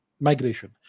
migration